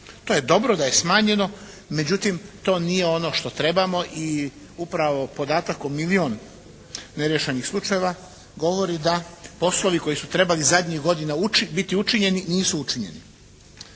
To je dobro da je smanjeno. Međutim, to nije ono što trebamo. I upravo podatak o milijun neriješenih slučajeva govori da poslovi koji su trebali zadnjih godina biti učinjeni nisu učinjeni.